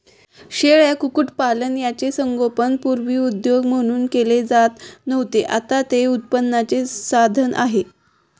शेळ्या, कुक्कुटपालन यांचे संगोपन पूर्वी उद्योग म्हणून केले जात नव्हते, आता ते उत्पन्नाचे साधन आहे